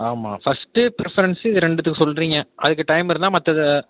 ஆமாம் first preference இது ரெண்டுத்துக்கு சொல்லுறீங்க அதுக்கு டைம் இருந்தால் மற்றத